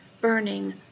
burning